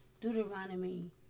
Deuteronomy